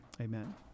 amen